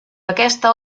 aquesta